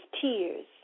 tears